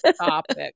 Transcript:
topic